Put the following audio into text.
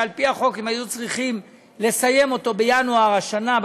שעל פי החוק הם היו צריכים לסיים אותו בינואר השנה,